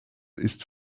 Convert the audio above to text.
ist